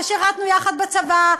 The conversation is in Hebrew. ושירתנו יחד בצבא,